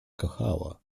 kochała